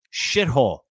Shithole